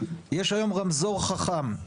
יש היום רמזור חכם,